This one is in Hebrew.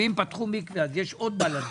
ואם פתחו מקווה, יש עוד בלנית.